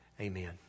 Amen